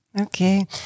Okay